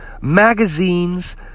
magazines